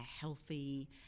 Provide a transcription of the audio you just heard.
healthy